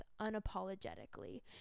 unapologetically